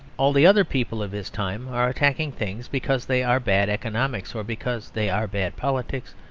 all the other people of his time are attacking things because they are bad economics or because they are bad politics,